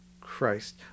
Christ